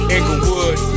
Inglewood